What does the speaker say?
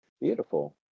Beautiful